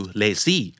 lazy